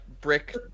brick